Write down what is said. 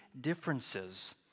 differences